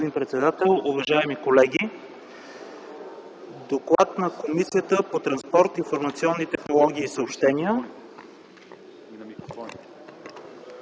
доклада на Комисията по транспорт, информационни технологии и съобщения